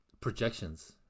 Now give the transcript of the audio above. projections